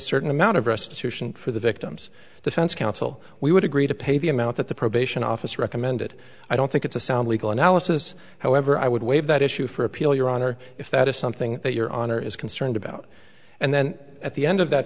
certain amount of restitution for the victims defense counsel we would agree to pay the the amount the probation officer recommended i don't think it's a sound legal analysis however i would waive that issue for appeal your honor if that is something that your honor is concerned about and then at the end of that